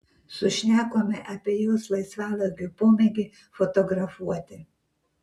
sušnekome apie jos laisvalaikio pomėgį fotografuoti